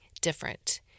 different